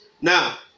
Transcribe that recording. Now